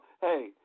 Hey